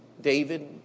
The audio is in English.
David